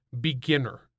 beginner